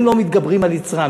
הם לא מתגברים על יצרם,